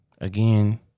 again